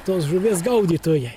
tos žuvies gaudytojai